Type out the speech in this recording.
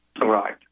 Right